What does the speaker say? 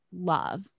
love